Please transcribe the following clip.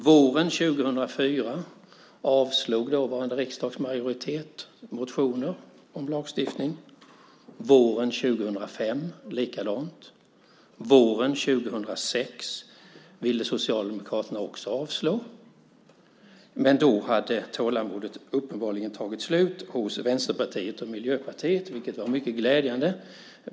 Våren 2004 avslog dåvarande riksdags majoritet motioner om lagstiftning. Våren 2005 hände samma sak. Våren 2006 ville Socialdemokraterna avslå igen, men då hade tålamodet uppenbarligen tagit slut hos Vänsterpartiet och Miljöpartiet, vilket var mycket glädjande.